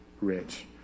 rich